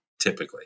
typically